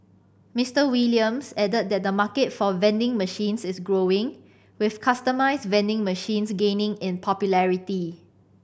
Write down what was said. Mister Williams added that the market for vending machines is growing with customised vending machines gaining in popularity